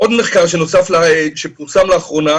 עוד מחקר שפורסם לאחרונה,